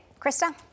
krista